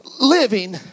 living